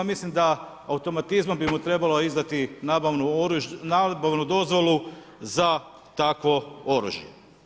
Mislim da automatizmom bi mu trebalo izdati nabavnu dozvolu za takvo oružje.